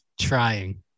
trying